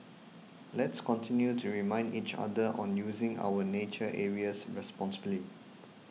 let's continue to remind each other on using our nature areas responsibly